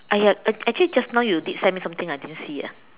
!aiya! actually just now you did sent me something I didn't see ah